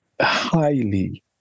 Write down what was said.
highly